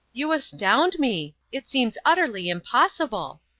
you astound me! it seems utterly impossible!